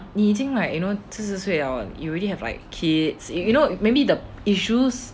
你已经 like you know 四十岁了 you already have like kids you know maybe the issues